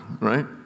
Right